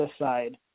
aside